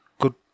good